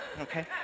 okay